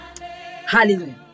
hallelujah